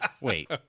wait